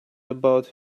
about